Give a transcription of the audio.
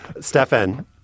Stefan